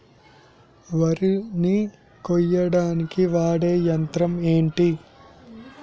వరి ని కోయడానికి వాడే యంత్రం ఏంటి?